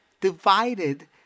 divided